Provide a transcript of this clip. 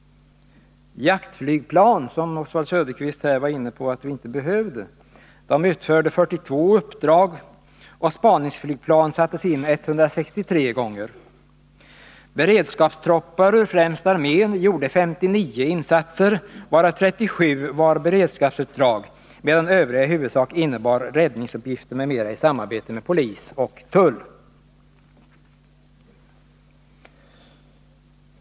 Jaktflygplan — som Oswald Söderqvist var inne på och som han ansåg att vi inte behövde — utförde 421 uppdrag, och spaningsflygplan sattes in 163 gånger. Beredskapstroppar från främst armén gjorde 59 insatser, varav 37 Nr 26 var bevakningsuppdrag, medan övriga i huvudsak innebar räddningsuppgifter m.m. i samarbete med polis och tull.